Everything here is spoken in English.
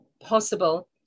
possible